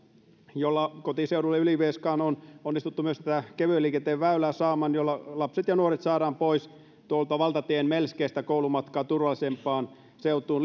kotiseudulleni ylivieskaan on onnistuttu myös tätä kevyen liikenteen väylää saamaan jolloin lapset ja nuoret saadaan pois tuolta valtatien melskeestä liikkumaan koulumatkaa turvallisempaan seutuun